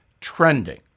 trending